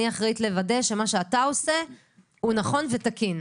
ואני אחראית לוודא שמה שאתה עושה נכון ותקין.